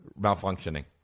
Malfunctioning